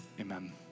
amen